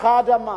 תפוחי אדמה?